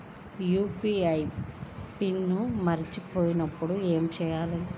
UPI PIN మరచిపోయినప్పుడు ఏమి చేయాలి?